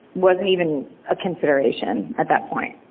wasn't even a consideration at that point.